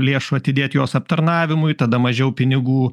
lėšų atidėt jos aptarnavimui tada mažiau pinigų